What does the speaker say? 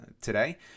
today